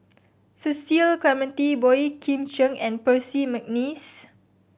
Cecil Clementi Boey Kim Cheng and Percy McNeice